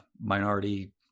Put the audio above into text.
minority